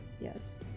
yes